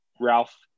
Ralph